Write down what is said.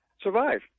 survive